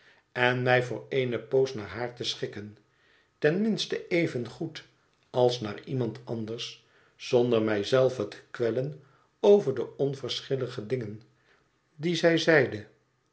en mij voor eene poos naar haar te schikken ten minste evengoed als naar iemand anders zonder mij zelve te kwellen over de onverschillige dingen die zij zeide